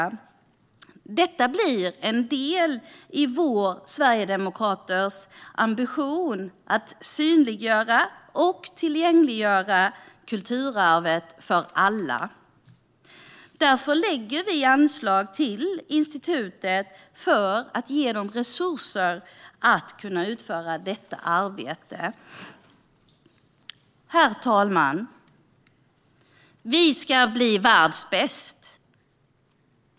Det här är en del av vår ambition i Sverigedemokraterna att synliggöra och tillgängliggöra kulturarvet för alla. Därför föreslår vi ett anslag till institutet för att ge institutet resurser för att utföra detta arbete. Herr talman! Vi ska bli världsbäst!